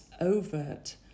overt